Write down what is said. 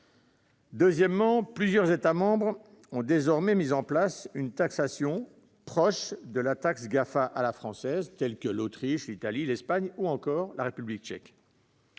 Deuxièmement, plusieurs États membres ont désormais mis en place une taxation proche de la « taxe GAFA à la française », tels que l'Autriche, l'Italie, l'Espagne ou encore la République tchèque.